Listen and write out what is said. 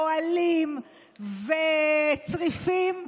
אוהלים וצריפים,